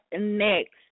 next